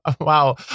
wow